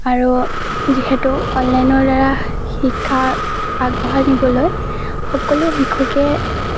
আৰু যিহেতু অনলাইনৰ দ্বাৰা শিক্ষা আগবঢ়াই নিবলৈ সকলো শিশুকে